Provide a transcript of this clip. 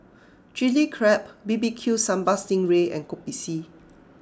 Chili Crab B B Q Sambal Sting Ray and Kopi C